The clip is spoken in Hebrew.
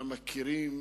אינם מכירים